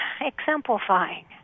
exemplifying